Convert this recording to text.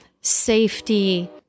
safety